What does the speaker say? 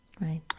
Right